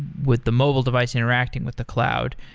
with the mobile device interacting with the cloud.